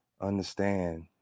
understand